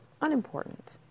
unimportant